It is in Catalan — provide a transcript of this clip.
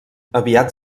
aviat